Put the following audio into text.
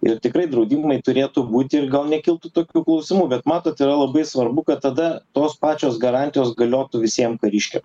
ir tikrai draudimai turėtų būti ir gal nekiltų tokių klausimų bet matot yra labai svarbu kad tada tos pačios garantijos galiotų visiem kariškiam